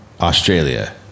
Australia